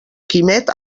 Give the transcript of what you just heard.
quimet